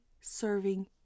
serving